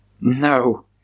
No